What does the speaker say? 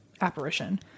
apparition